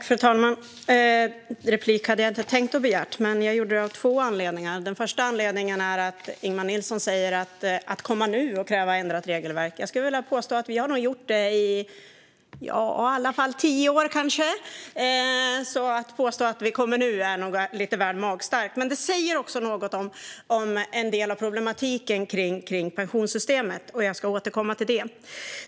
Fru talman! Jag hade inte tänkt begära replik, men jag gjorde det av två anledningar. Till att börja med sa Ingemar Nilsson att vi kommer nu och kräver ett ändrat regelverk. Jag vill påstå att vi har gjort det i kanske tio år. Att säga att vi kommer nu är lite väl magstarkt. Men det säger också något om en del av problematiken kring pensionssystemet. Jag återkommer till det.